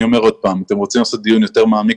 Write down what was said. אני אומר שוב שאם אתם רוצים לעשות על זה דיון יותר מעמיק,